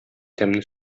тәмле